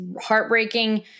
heartbreaking